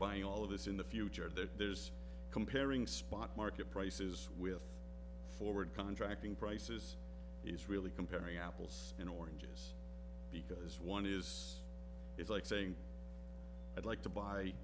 buying all of this in the future there's comparing spot market prices with forward contracting prices is really comparing apples and oranges because one is is like saying i'd like to buy